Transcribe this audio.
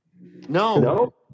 no